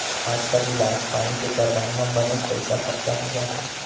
आजकाल इलाज पानी के करवाय म बनेच पइसा खरचा हो जाथे